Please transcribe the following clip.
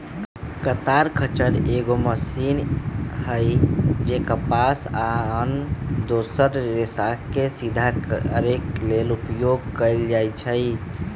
कताइ खच्चर एगो मशीन हइ जे कपास आ आन दोसर रेशाके सिधा करे लेल उपयोग कएल जाइछइ